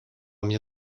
mnie